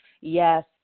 Yes